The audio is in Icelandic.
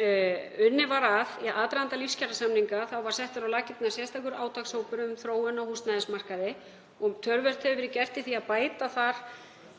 unnið var að. Í aðdraganda lífskjarasamninga var settur á laggirnar sérstakur átakshópur um þróun á húsnæðismarkaði. Töluvert hefur verið gert í því að bæta þar